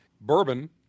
bourbon